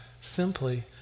simply